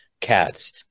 cats